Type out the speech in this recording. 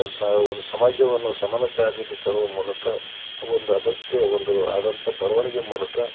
ಸಹ ಒಂದು ಸಮಾಜವನ್ನು ಸಮಾನತೆ ಹಾದಿಯಲ್ಲಿ ತರುವ ಮೂಲಕ ಒಂದು ಅದಕ್ಕೆ ಒಂದು ಆದಂಥ ಬರೆವಣಿಗೆ ಮೂಲಕ